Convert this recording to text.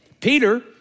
Peter